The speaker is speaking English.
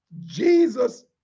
Jesus